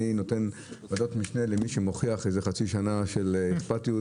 אני נותן ועדת משנה למי שמוכיח איזה חצי שנה של אכפתיות